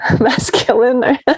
masculine